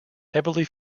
heavily